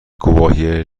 گواهی